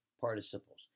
participles